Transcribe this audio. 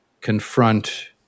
confront